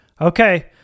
Okay